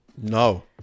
No